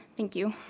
thank you.